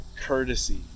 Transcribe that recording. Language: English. courtesy